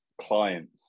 clients